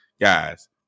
Guys